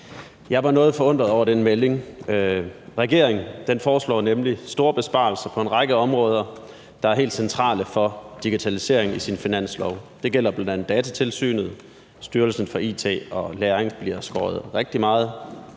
Jeg var noget forundret over den melding. Regeringen foreslår nemlig store besparelser på en række områder, der er helt centrale for digitaliseringen, i sin finanslov. Det gælder bl.a. Datatilsynet, Styrelsen for It og Læring, som bliver skåret rigtig meget,